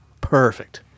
Perfect